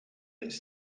its